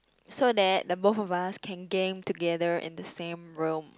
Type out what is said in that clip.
so that the both of us can game together in the same room